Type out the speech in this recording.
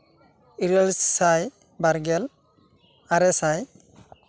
ᱤᱨᱟᱹᱞ ᱥᱟᱭ ᱵᱟᱨᱜᱮᱞ ᱟᱨᱮ ᱥᱟᱭ